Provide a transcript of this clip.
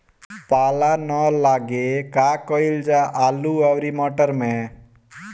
पाला न लागे का कयिल जा आलू औरी मटर मैं?